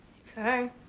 Sorry